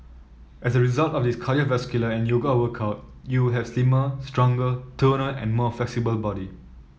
as a result of this cardiovascular and yoga workout you will have a slimmer stronger toner and more flexible body